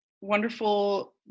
wonderful